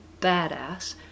badass